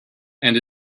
and